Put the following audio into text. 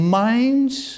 minds